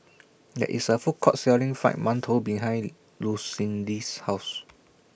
There IS A Food Court Selling Fried mantou behind Lucindy's House